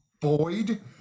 Boyd